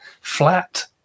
flat